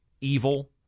evil